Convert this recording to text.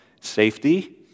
safety